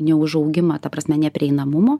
neužaugimą ta prasme neprieinamumo